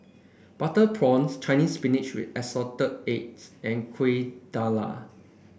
Butter Prawns Chinese Spinach with Assorted Eggs and Kuih Dadar